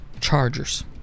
Chargers